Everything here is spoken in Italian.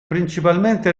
principalmente